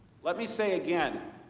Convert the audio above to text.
let me say again,